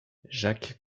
jacques